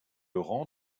rang